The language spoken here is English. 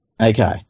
Okay